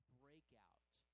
breakout